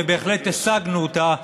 ובהחלט השגנו אותה,